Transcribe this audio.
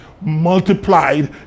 multiplied